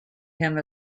him